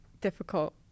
difficult